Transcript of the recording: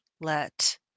let